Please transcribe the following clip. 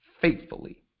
faithfully